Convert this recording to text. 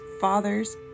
fathers